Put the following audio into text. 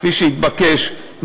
כפי שהתבקש,